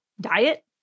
diet